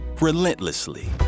relentlessly